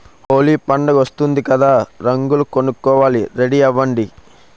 హోలీ పండుగొస్తోంది కదా రంగులు కొనుక్కోవాలి రెడీ అవ్వండి